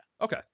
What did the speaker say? Okay